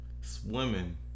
Swimming